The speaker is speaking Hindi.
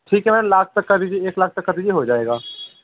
ठीक है एक लाख तक का दीजिए हो जाएगा